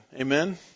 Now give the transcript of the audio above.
Amen